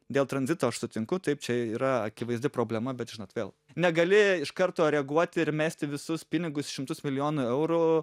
dėl tranzito aš sutinku taip čia yra akivaizdi problema bet žinot vėl negali iš karto reaguot ir mesti visus pinigus šimtus milijonų eurų